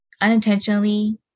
unintentionally